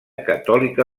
catòlica